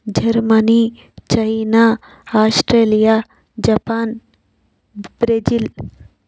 Germany China Australia Japan Brazil